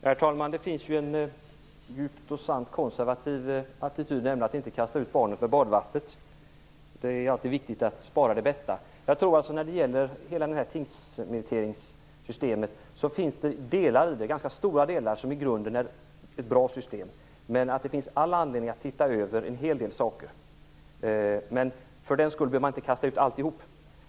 Herr talman! Det finns en djupt och sant konservativ attityd, nämligen att inte kasta ut barnet med badvattnet. Det är alltid viktigt att spara det bästa. I fråga om systemet med tingsmeritering finns det delar som i grunden är bra. Men det finns all anledning att se över en hel del saker. För den skull behöver inte allt kastas ut.